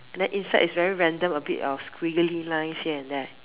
then inside is very random a bit of squiggly lines here and there